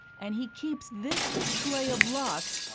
and he keeps this display of locks,